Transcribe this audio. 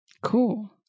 Cool